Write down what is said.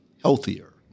healthier